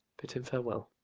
bid him farewell